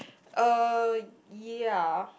uh ya